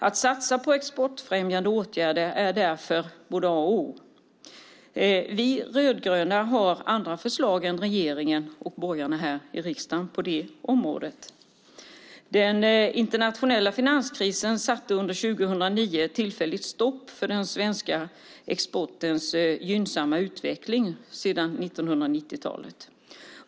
Att satsa på exportfrämjande åtgärder är därför både A och O. Vi rödgröna har andra förslag än regeringen och borgarna här i riksdagen på det området. Den internationella finanskrisen satte under 2009 tillfälligt stopp för den svenska exportens gynnsamma utveckling sedan 1990-talet.